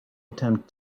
attempt